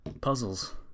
puzzles